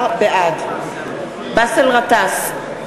בעד באסל גטאס,